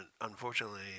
unfortunately